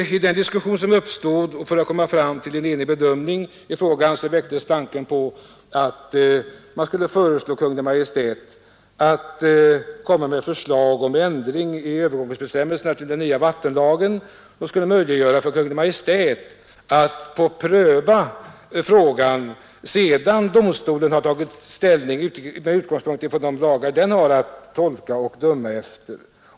Vid den diskussion som uppstod för att komma fram till en enig bedömning i frågan väcktes tanken på att man skulle föreslå Kungl. Maj:t att lägga fram ett förslag om ändring i övergångsbestämmelserna till den nya vattenlagen som skulle möjliggöra för Kungl. Maj:t att pröva frågan sedan domstolen tagit ställning med utgångspunkt i de lagar som den har att tolka och döma efter.